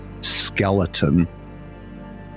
skeleton